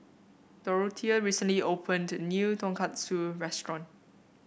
Dorothea recently opened a new Tonkatsu restaurant